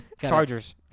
Chargers